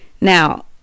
now